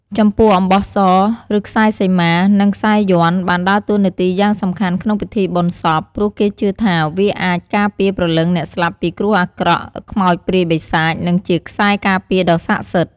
ចំពោះអំបោះស ឬខ្សែសីមា និងខ្សែយ័ន្ត បានដើរតួនាទីយ៉ាងសំខាន់ក្នុងពិធីបុណ្យសព ព្រោះគេជឿថាវាអាចការពារព្រលឹងអ្នកស្លាប់ពីគ្រោះអាក្រក់ ខ្មោចព្រាយបិសាច និងជាខ្សែការពារដ៏ស័ក្តិសិទ្ធិ។